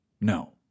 No